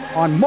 on